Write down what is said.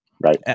Right